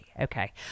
Okay